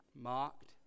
mocked